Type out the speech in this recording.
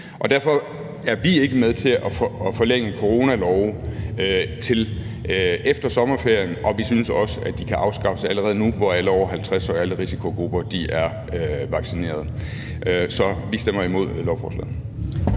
Derfor er vi ikke med til at forlænge coronalove til efter sommerferien, og vi synes også, at de kan afskaffes allerede nu, hvor alle over 50 år og folk i risikogrupperne er vaccineret. Så vi stemmer imod lovforslaget.